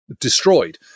destroyed